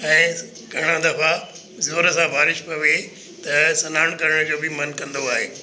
ऐं घणा दफ़ा ज़ोर सां बारिश पवे त सनानु करण जो बि मन कंदो आहे